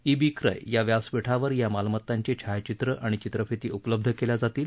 E बी क्रय या व्यासपीठावर या मालमतांची छायाचित्र आणि चित्रफिती उपलब्ध केल्या जातील